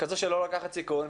כזו שלא לוקחת סיכון,